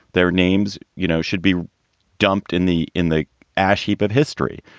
their names, you know, should be dumped in the in the ash heap of history.